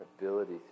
ability